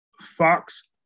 Fox